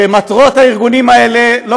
הינה, גם לשר לוין יש פריימריז.